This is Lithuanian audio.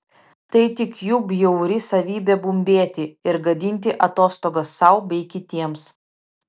tai tik jų bjauri savybė bumbėti ir gadinti atostogas sau bei kitiems